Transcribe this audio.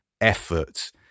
effort